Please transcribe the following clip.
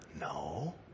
No